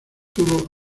tuvo